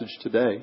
today